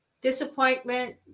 Disappointment